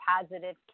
positive